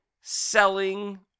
selling